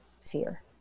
fear